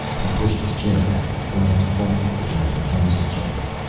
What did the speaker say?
he pushed his chair back and glanced thoughtfully around the council chamber.